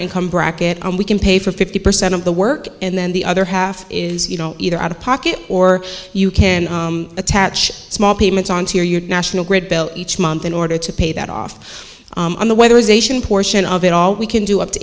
income bracket and we can pay for fifty percent of the work and then the other half is you know either out of pocket or you can attach small payments on to your national grid bill each month in order to pay that off on the weather is ation portion of it all we can do up to